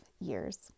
years